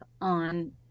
on